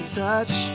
touch